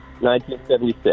1976